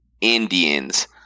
Indians